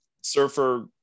surfer